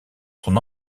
son